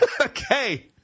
Okay